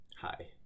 Hi